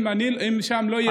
אם שם לא יהיה דיון,